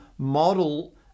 model